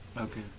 Okay